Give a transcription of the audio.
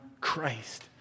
Christ